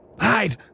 Hide